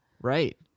right